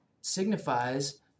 signifies